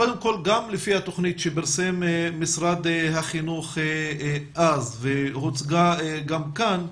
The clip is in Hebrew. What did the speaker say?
גם לפי התכנית שפרסם משרד החינוך אז והוצגה גם כאן,